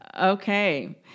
Okay